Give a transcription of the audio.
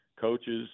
Coaches